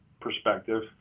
perspective